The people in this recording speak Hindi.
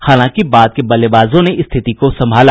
हालांकि बाद के बल्लेबाजों ने स्थिति को संभाला